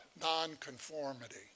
nonconformity